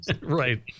Right